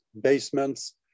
basements